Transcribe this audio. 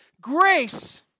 Grace